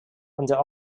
under